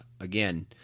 again